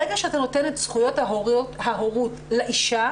ברגע שאתה נותן את זכויות ההורות לאישה,